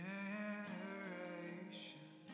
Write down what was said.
Generation